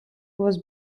was